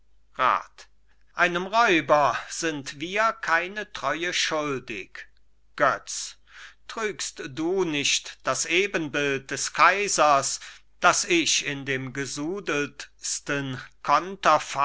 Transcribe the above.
einem räuber sind wir keine treue schuldig götz trügst du nicht das ebenbild des kaisers das ich in dem